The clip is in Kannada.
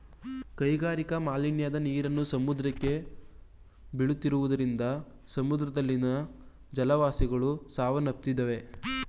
ಕೈಗಾರಿಕಾ ಮಾಲಿನ್ಯದ ನೀರನ್ನು ಸಮುದ್ರಕ್ಕೆ ಬೀಳುತ್ತಿರುವುದರಿಂದ ಸಮುದ್ರದಲ್ಲಿನ ಜಲವಾಸಿಗಳು ಸಾವನ್ನಪ್ಪುತ್ತಿವೆ